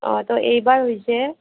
অঁ তো এইবাৰ হৈছে